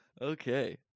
Okay